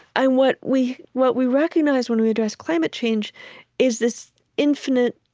and what we what we recognize when we address climate change is this infinite